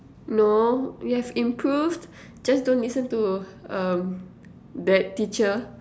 no it has improved just don't listen to um that teacher